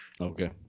Okay